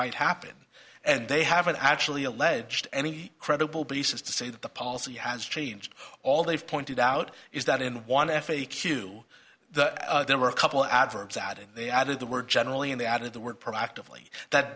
might happen and they haven't actually alleged any credible basis to say that the policy has changed all they've pointed out is that in one f a q the there were a couple adverbs out and they added the word generally and they added the word proactively that